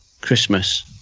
Christmas